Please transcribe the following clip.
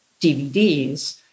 DVDs